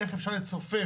איך אפשר לצופף